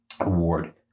award